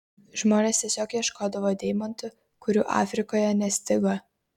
žmonės tiesiog ieškodavo deimantų kurių afrikoje nestigo